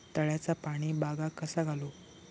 तळ्याचा पाणी बागाक कसा घालू?